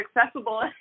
accessible